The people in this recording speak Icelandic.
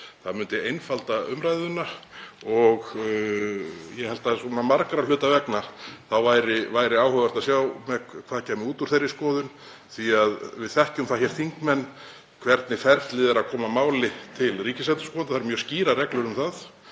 Það myndi einfalda umræðuna og ég held að margra hluta vegna væri áhugavert að sjá hvað kæmi út úr þeirri skoðun því að við þekkjum það, þingmenn, hvernig ferlið er við að koma máli til Ríkisendurskoðunar. Það eru mjög skýrar reglur um það.